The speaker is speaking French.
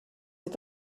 est